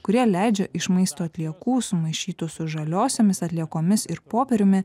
kurie leidžia iš maisto atliekų sumaišytų su žaliosiomis atliekomis ir popieriumi